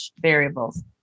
variables